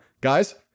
guys